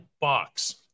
box